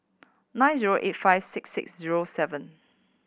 nine zero eight five six six zero seven